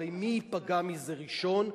הרי מי ייפגע מזה ראשון?